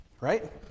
right